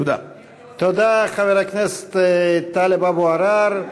תודה, חבר הכנסת טלב אבו עראר.